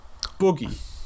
boogie